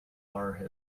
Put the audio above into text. are